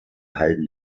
halden